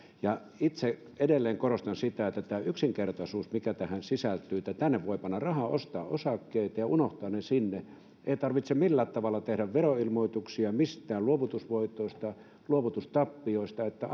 itse edelleen korostan tätä yksinkertaisuutta mikä tähän sisältyy tänne voi panna rahaa ostaa osakkeita ja unohtaa ne sinne ei tarvitse millään tavalla tehdä veroilmoituksia mistään luovutusvoitoista ja luovutustappiosta niin että